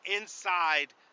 inside